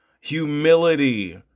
humility